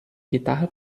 guitarra